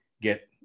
get